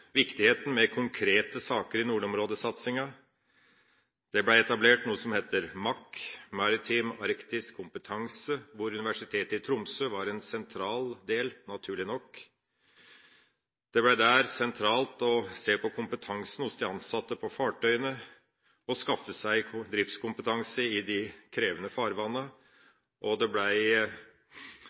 viktigheten av konkrete saker i nordområdesatsinga. Det ble etablert noe som heter MAK, Maritim Arktisk Kompetanse, hvor Universitetet i Tromsø var en sentral del, naturlig nok. Det ble der sentralt å se på kompetansen hos de ansatte på fartøyene og skaffe seg driftskompetanse i de krevende farvannene. Det ble søkt bistand – og